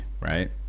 right